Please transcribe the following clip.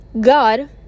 God